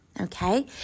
Okay